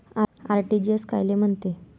RTGS कायले म्हनते?